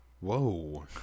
whoa